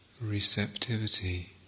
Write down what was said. receptivity